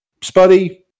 Spuddy